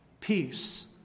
peace